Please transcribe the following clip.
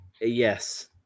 Yes